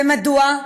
ומדוע?